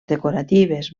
decoratives